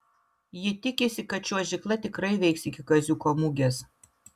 ji tikisi kad čiuožykla tikrai veiks iki kaziuko mugės